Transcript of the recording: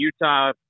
Utah